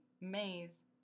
maze